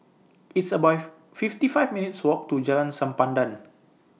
It's about fifty five minutes' Walk to Jalan Sempadan